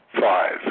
five